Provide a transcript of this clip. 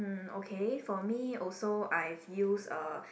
um okay for me also I've use uh